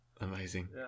Amazing